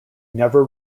never